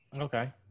Okay